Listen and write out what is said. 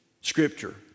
scripture